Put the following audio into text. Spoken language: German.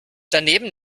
daneben